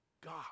God